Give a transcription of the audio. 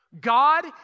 God